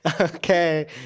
Okay